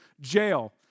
jail